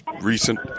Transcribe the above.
recent